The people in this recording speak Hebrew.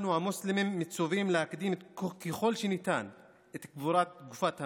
אנחנו המוסלמים מצווים להקדים ככל שניתן את קבורת גופת המת.